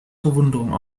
verwunderung